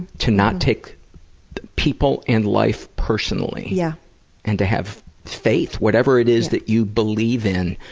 to not take people and life personally, yeah and to have faith, whatever it is that you believe in.